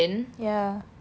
ya